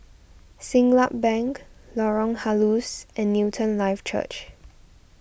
Siglap Bank Lorong Halus and Newton Life Church